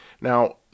Now